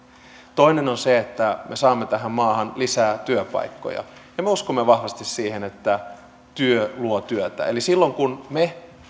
toinen on se että me saamme tähän maahan lisää työpaikkoja me uskomme vahvasti siihen että työ luo työtä silloin kun me